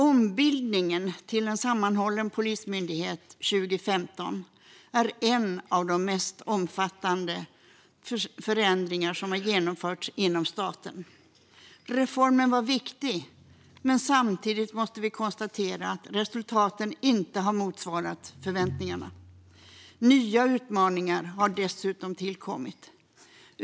Ombildningen till en sammanhållen polismyndighet 2015 är en av de mest omfattande förändringar som har genomförts inom staten. Reformen var viktig, men samtidigt måste vi konstatera att resultaten inte har motsvarat förväntningarna. Nya utmaningar har dessutom tillkommit.